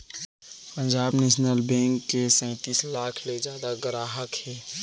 Punjab national bank के सैतीस लाख ले जादा गराहक हे